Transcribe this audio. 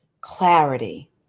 clarity